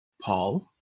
Paul